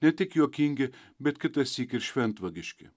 ne tik juokingi bet kitąsyk ir šventvagiški